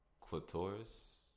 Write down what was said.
Clitoris